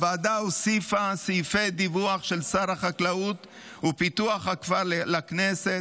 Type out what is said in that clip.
הוועדה הוסיפה סעיפי דיווח של שר החקלאות ופיתוח הכפר לכנסת